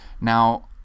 now